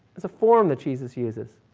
it's a form that jesus uses.